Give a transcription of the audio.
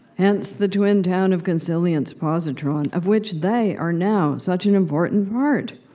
hence, the twin town of consilience positron, of which they are now such an important part!